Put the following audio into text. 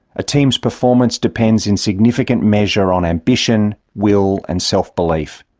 a team's performance depends in significant measure on ambition, will and self-belief.